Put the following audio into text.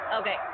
okay